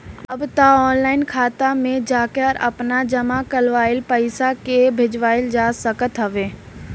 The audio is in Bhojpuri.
अब तअ ऑनलाइन खाता में जाके आपनी जमा कईल पईसा के भजावल जा सकत हवे